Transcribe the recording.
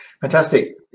Fantastic